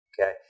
Okay